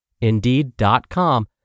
Indeed.com